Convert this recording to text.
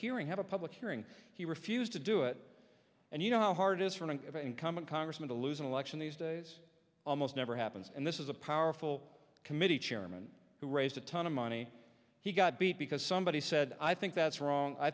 hearing have a public hearing he refused to do it and you know how hard it is from an incumbent congressman to lose an election these days almost never happens and this is a powerful committee chairman who raised a ton of money he got beat because somebody said i think that's wrong i